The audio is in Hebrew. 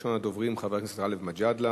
ראשון הדוברים, חבר הכנסת גאלב מג'אדלה.